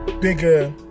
bigger